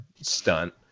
stunt